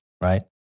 right